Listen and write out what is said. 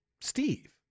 Steve